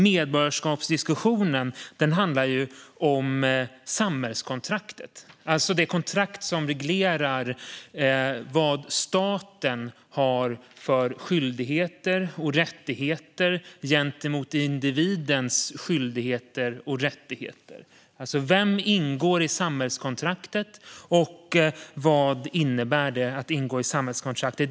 Medborgarskapsdiskussionen handlar om samhällskontraktet, alltså det kontrakt som reglerar vad staten har för skyldigheter och rättigheter gentemot individens skyldigheter och rättigheter - vem som ingår i samhällskontraktet, och vad det innebär att ingå i samhällskontraktet.